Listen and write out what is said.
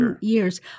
years